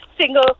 single